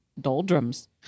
doldrums